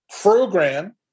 program